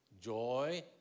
joy